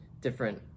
different